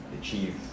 achieve